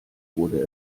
wurde